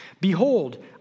Behold